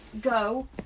go